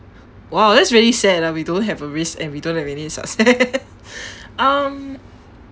!wow! that's really sad ah we don't have a risk and we don't have any success um